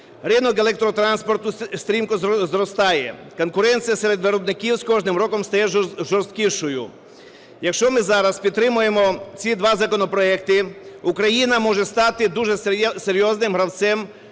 Ринок електротранспорту стрімко зростає, конкуренція серед виробників з кожним роком стає жорсткішою. Якщо ми зараз підтримаємо ці два законопроекти, Україна може стати дуже серйозним гравцем